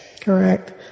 correct